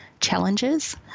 challenges